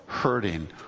hurting